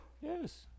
Yes